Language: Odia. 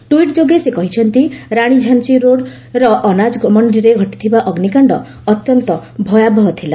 ଟ୍ୱିଟ୍ ଯୋଗେ ସେ କହିଛନ୍ତି ରାଣୀ ଝାନ୍ସୀ ରୋଡ୍ର ଅନାଜ୍ ମଣ୍ଡିରେ ଘଟିଥିବା ଅଗ୍ରିକାଶ୍ଡ ଅତ୍ୟନ୍ତ ଭୟାବହ ଥିଲା